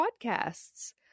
podcasts